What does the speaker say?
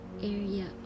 area